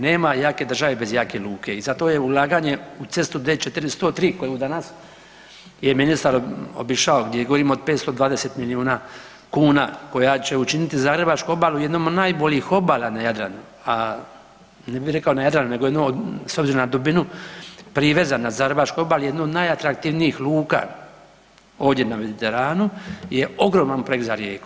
Nema jake države bez jake luke, i zato je ulaganje u cestu D403, koju danas je ministar obišao, gdje govorimo o 520 milijuna kuna, koja će učiniti Zagrebačku obalu jednom od najboljih obala na Jadranu, a ne bih rekao na Jadranu, nego jednu od, s obzirom na dubinu priveza na Zagrebačkoj obali jednu od najatraktivnijih luka ovdje na Mediteranu je ogroman projekt za Rijeku.